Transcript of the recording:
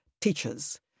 teachers